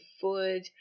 food